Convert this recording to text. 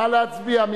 נא להצביע.